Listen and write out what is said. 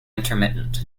intermittent